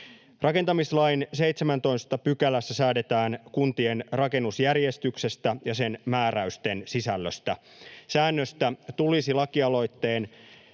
Rakentamislain 17 §:ssä säädetään kuntien rakennusjärjestyksestä ja sen määräysten sisällöstä. Säännöstä tulisi lakialoitteen